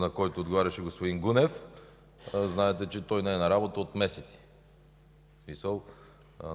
за който отговаряше господин Гунев. Знаете, че той не е на работа от месец.